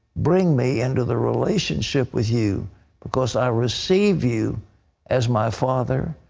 bring me into the relationship with you because i receive you as my father.